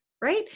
right